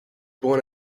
born